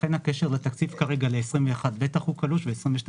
לכן הקשר לתקציב ב-2021 בטח הוא קלוש וב-2022,